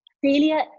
Failure